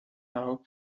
now